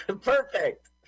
Perfect